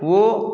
वह